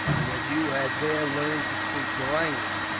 and that you had there learned to speak the language.